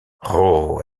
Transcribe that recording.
roh